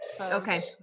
Okay